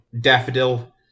Daffodil